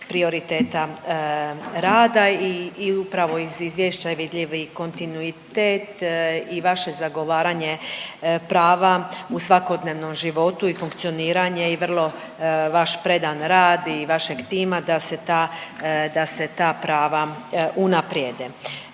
prioriteta rada upravo iz izvješća vidljivi kontinuitet i vaše zagovaranje prava u svakodnevnom životu i funkcioniranje i vrlo vaš predan rad i vašeg tima da se ta, da se ta prava unaprijede.